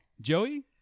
Joey